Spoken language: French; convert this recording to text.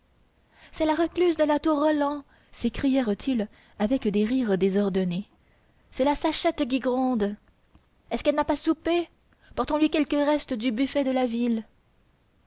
c'est la recluse de la tour roland s'écrièrent-ils avec des rires désordonnés c'est la sachette qui gronde est-ce qu'elle n'a pas soupé portons lui quelque reste du buffet de ville